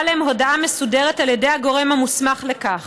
להם הודעה מסודרת על ידי הגורם המוסמך לכך.